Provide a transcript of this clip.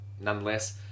nonetheless